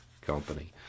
company